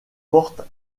portent